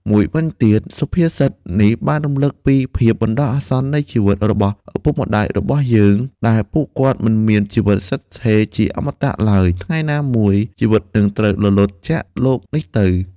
មួយវិញទៀត សុភាសិតនេះបានរំលឹកពីភាពបណ្តោះអាសន្ននៃជីវិតរបស់ឪពុកម្តាយរបស់យើង ដែលពួកគាត់មិនមានជីវិតស្ថិតស្ថេរជាអមតៈឡើយ ថ្ងៃណាមួយជីវិតនិងត្រូវរលត់ចាកលោកនេះទៅ។